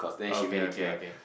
okay okay okay